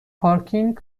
پارکینگ